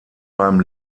beim